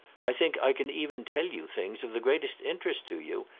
i think i can even tell you things, of the greatest interest to you,